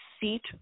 seat